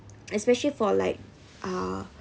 especially for like uh